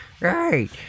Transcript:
Right